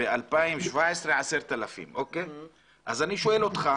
ב-2017 10,000. אז אני שואל אותך